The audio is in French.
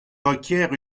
requiert